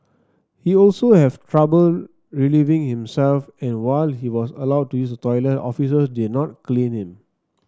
he also has trouble relieving himself and while he was allowed to use toilet officers did not clean him